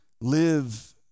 live